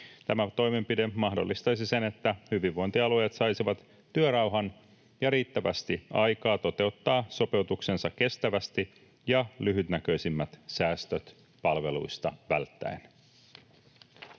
Tämä toimenpide mahdollistaisi sen, että hyvinvointialueet saisivat työrauhan ja riittävästi aikaa toteuttaa sopeutuksensa kestävästi ja lyhytnäköisimmät säästöt palveluista välttäen.